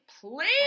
please